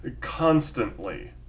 constantly